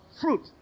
fruit